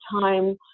time